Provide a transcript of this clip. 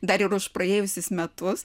dar ir už praėjusius metus